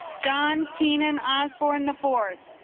john keenan osborne the fourth